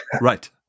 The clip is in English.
Right